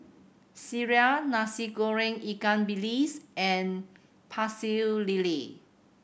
sireh Nasi Goreng ikan bilis and Pecel Lele